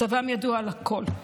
מצבם ידוע לכול.